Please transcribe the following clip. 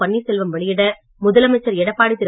பன்னீர்செல்வம் வெளியிட முதலமைச்சர் எடப்பாடி திரு